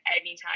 anytime